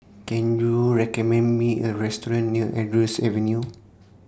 Can YOU recommend Me A Restaurant near Andrews Avenue